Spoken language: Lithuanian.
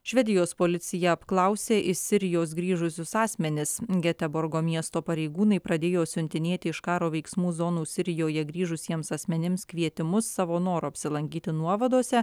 švedijos policija apklausė iš sirijos grįžusius asmenis geteborgo miesto pareigūnai pradėjo siuntinėti iš karo veiksmų zonų sirijoje grįžusiems asmenims kvietimus savo noru apsilankyti nuovadose